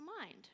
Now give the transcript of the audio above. mind